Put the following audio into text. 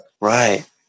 Right